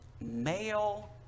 male